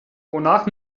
wonach